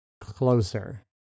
closer